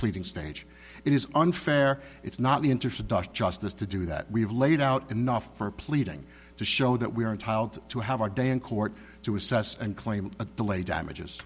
pleading stage it is unfair it's not the introduction justice to do that we've laid out enough for pleading to show that we are entitled to have our day in court to assess and claim a delay damages